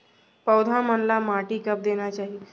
पौधा मन ला माटी कब देना चाही?